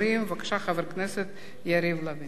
בבקשה, חבר הכנסת יריב לוין.